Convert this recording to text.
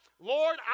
Lord